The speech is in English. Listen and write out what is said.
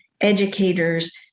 educators